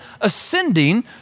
ascending